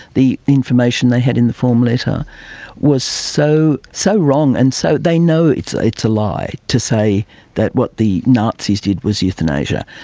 the information they had in the form letter was so so wrong, and so they know it's it's a lie to say that what the nazis did was euthanasia.